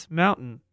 mountain